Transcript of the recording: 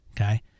okay